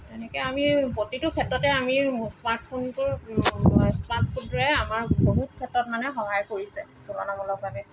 এনেকৈ আমি প্ৰতিটো ক্ষেত্ৰতে আমি স্মাৰ্টফোনটোৰ স্মাৰ্টফোনটোৰে আমাৰ বহুত ক্ষেত্ৰত মানে সহায় কৰিছে তুলনামূলকভাৱে